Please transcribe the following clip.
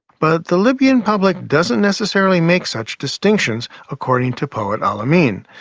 but the libyan public doesn't necessarily make such distinctions, according to poet alamin.